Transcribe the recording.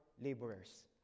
laborers